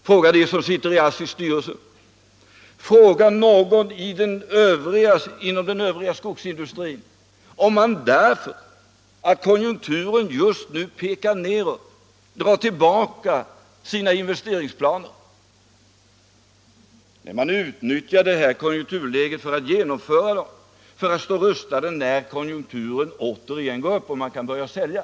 Fråga dem som sitter i ASSI:s styrelse! Fråga någon i den övriga skogsindustrin, om man för att konjunkturen just nu pekar nedåt ändrar sina investeringsplaner! Nej, man utnyttjar konjunkturläget till att genomföra dem för att stå rustad när konjunkturen återigen går upp och man kan börja sälja.